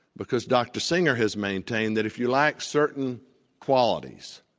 because dr. singer has maintained that if you lack certain qualities,